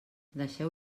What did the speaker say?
deixeu